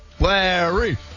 Larry